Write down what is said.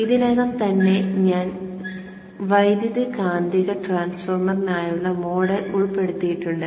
ഇതിനകം തന്നെ ഞാൻ വൈദ്യുതകാന്തിക ട്രാൻസ്ഫോർമറിനുള്ള മോഡൽ ഉൾപ്പെടുത്തിയിട്ടുണ്ട്